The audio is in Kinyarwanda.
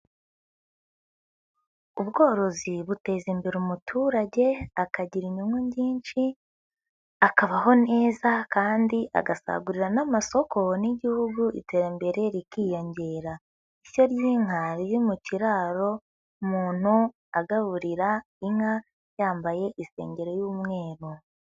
Ubworozi buteza imbere umuturage akagira inyungu nyinshi akabaho neza kandi agasagurira n'amasoko n'igihugu iterambere rikiyongera. Ishyo ry'inka riri mu kiraro, umuntu agaburira inka yambaye isengeri y'umweru.